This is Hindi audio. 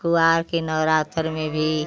खुआर के नवरात्रि में भी